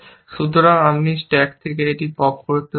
সুতরাং আমি স্ট্যাক থেকে এটি পপ করতে পারি